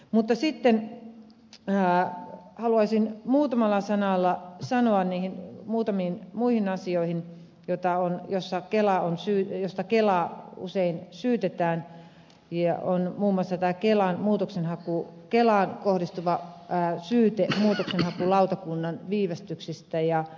mutta sitten haluaisin muutamalla sanalla sanoa muutamiin muihin asioihin joita on jossa kela on syyriasta joista kelaa usein syytetään joita on muun muassa kelaan kohdistuva syyte muutoksenhakulautakunnan viivästyksistä